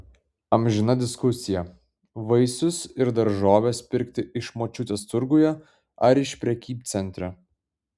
amžina diskusija vaisius ir daržoves pirkti iš močiutės turguje ar iš prekybcentrio